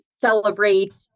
celebrate